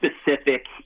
specific